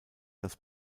das